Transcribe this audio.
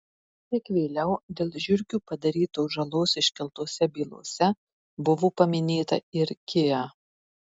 kiek vėliau dėl žiurkių padarytos žalos iškeltose bylose buvo paminėta ir kia